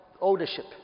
ownership